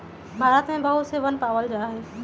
भारत में बहुत से वन पावल जा हई